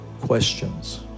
questions